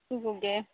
ᱠᱩᱠᱩ ᱠᱚᱜᱮ